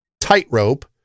Tightrope